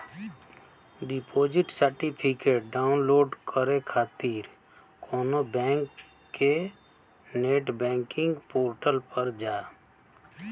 deposit certificate download करे खातिर कउनो बैंक के नेट बैंकिंग पोर्टल पर जा